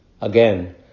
Again